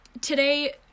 Today